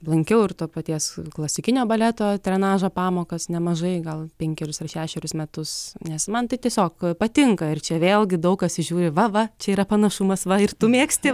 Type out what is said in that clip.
lankiau ir to paties klasikinio baleto trenažo pamokas nemažai gal penkerius ar šešerius metus nes man tai tiesiog patinka ir čia vėlgi daug kas įžiūri va va čia yra panašumas va ir tu mėgsti